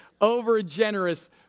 Overgenerous